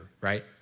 right